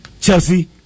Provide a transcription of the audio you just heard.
Chelsea